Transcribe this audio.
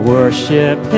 Worship